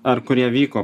ar kurie vyko